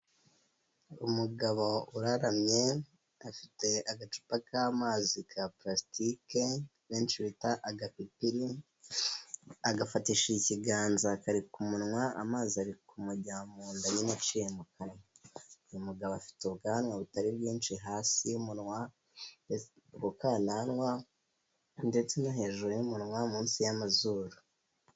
Umugabo uraramye, afite agacupa k'amazi ka plastike benshi bita agapipiri, agafatisha ikiganza kari ku munwa amazi ari kumujya munda nyine aciye mu kanwa. uyu mugabo afite ubwanwa butari bwinshi hasi y'umunwa, ku kananwa ndetse no hejuru umunwa munsi y'amazuru.